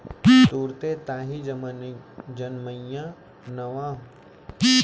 तुरते ताही जनमइया नवा बछरू ल लेवई कथें